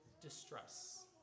distress